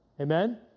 Amen